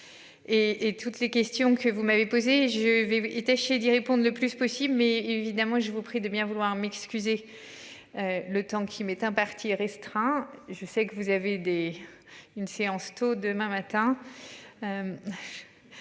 et toutes les questions que vous m'avez posé je vais y tâcher d'y répondre le plus possible mais évidemment je vous prie de bien vouloir m'excuser. Le temps qui m'est imparti est restreint. Je sais que vous avez des. Une séance tôt demain matin.